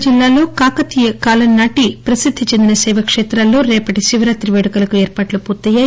ఉమ్మడి వరంగల్ జిల్లాలో కాకతీయ కాలం నాటి పసిద్ది చెందిన శైవక్షేతాల్లో రేపటి శివరాతి వేడుకలకు ఏర్పాట్లు పూర్తయ్యాయి